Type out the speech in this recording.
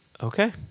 Okay